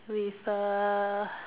with a